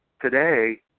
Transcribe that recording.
today